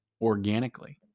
organically